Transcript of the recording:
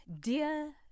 Dear